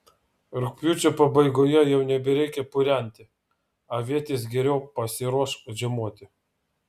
rugpjūčio pabaigoje jau nebereikia purenti avietės geriau pasiruoš žiemoti